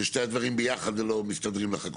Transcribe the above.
ששני הדברים ביחד לא מסתדרים לך כל כך.